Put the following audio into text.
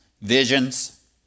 Visions